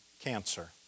cancer